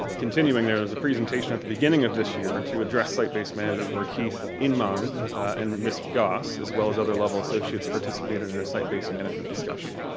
continuing, there was a presentation at the beginning of this year to address site based management where keith inman and ms. goss as well as other level associates participated in a site based management discussion.